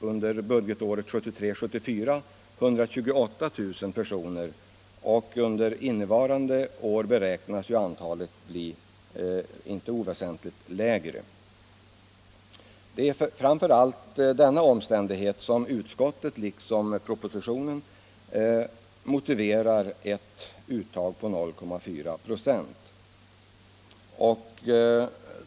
Under budgetåret 1973/74 var antalet 128 000 personer, och under innevarande år beräknas det bli inte oväsentligt lägre. Det är framför allt denna omständighet som av utskottet liksom i propositionen anförs som motiv för ett uttag på 0,4 96.